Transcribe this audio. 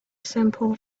simple